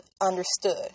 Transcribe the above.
understood